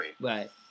Right